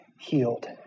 healed